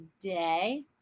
today